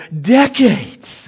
decades